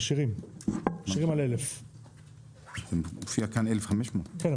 משאירים על 1,000. מופיע כאן 1,500. כן,